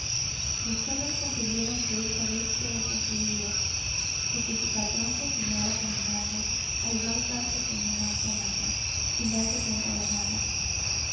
los perros comprendieron que esta vez todo concluía porque su patrón continuaba caminando a igual paso como un autómata sin darse cuenta de nada